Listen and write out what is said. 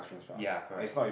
ya correct